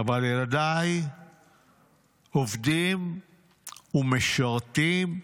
אבל ילדיי עובדים ומשרתים.